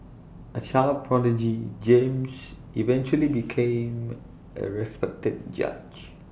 A child prodigy James eventually became A respected judge